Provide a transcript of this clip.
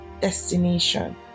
destination